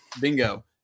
Bingo